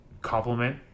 compliment